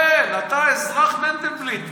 כן, אתה אזרח, מנדלבליט.